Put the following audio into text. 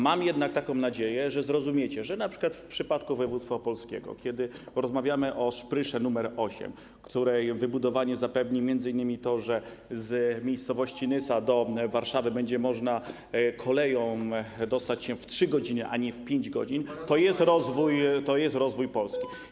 Mam jednak nadzieję, że zrozumiecie, że np. w przypadku województwa opolskiego - kiedy mówimy o szprysze nr 8, której wybudowanie zapewni m.in. to, że z miejscowości Nysa do Warszawy koleją będzie można dostać się w 3 godziny, a nie w 5 godzin - to jest rozwój Polski.